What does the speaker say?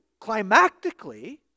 climactically